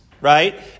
right